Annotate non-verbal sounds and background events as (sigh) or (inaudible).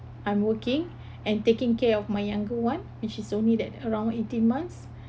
I'm working (breath) and taking care of my younger one which is only that around eighteen months